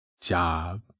job